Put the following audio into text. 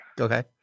Okay